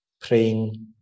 praying